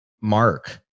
mark